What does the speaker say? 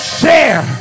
share